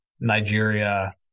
Nigeria